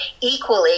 equally